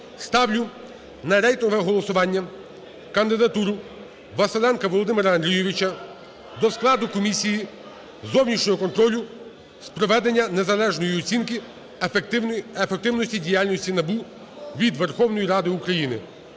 Ставлю на рейтингове голосування кандидатуру Василенка Володимира Андрійовича до складу комісії зовнішнього контролю з проведення незалежної оцінки ефективності діяльності НАБУ від Верховної Ради України.